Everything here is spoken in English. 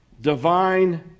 divine